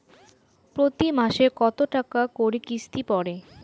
প্রতি মাসে কতো টাকা করি কিস্তি পরে?